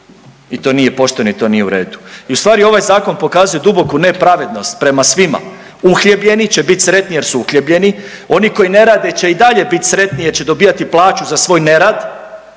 I to nije pošteno i to nije u redu. I u stvari ovaj zakon pokazuje duboku nepravednost prema svima. Uhljebljeni će biti sretni jer su uhljebljeni, oni koji ne rade će i dalje bit sretni jer će dobivati plaću za svoj nerad